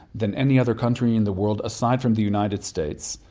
than any other country in the world, aside from the united states,